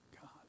God